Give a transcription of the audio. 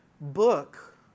book